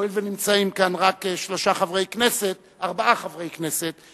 הואיל ונמצאים כאן רק ארבעה חברי כנסת,